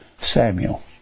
Samuel